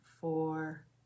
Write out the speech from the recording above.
four